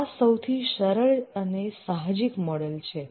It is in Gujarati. આ સૌથી સરળ અને સાહજિક મોડલ છે